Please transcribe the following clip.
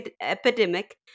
epidemic